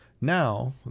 Now